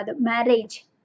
marriage